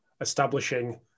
establishing